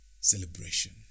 Celebration